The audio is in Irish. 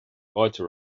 fáilte